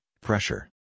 pressure